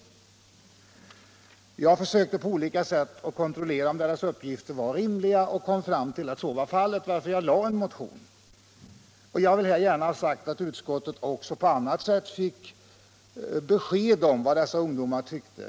Jag försökte på olika sätt att kontrollera om deras uppgifter var riktiga och kom fram till att så var fallet, varför jag väckte en motion. Utskottet fick också på annat sätt besked om vad dessa ungdomar tyckte.